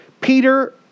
Peter